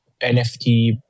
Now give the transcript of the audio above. NFT